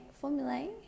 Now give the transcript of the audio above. formulae